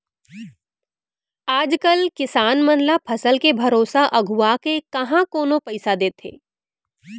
आज कल किसान मन ल फसल के भरोसा अघुवाके काँहा कोनो पइसा देथे